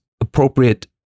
appropriate